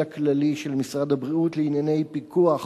הכללי של משרד הבריאות לענייני פיקוח